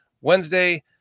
wednesday